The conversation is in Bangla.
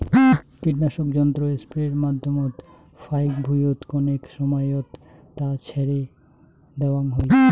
কীটনাশক যন্ত্র স্প্রের মাধ্যমত ফাইক ভুঁইয়ত কণেক সমাইয়ত তা ছড়ে দ্যাওয়াং হই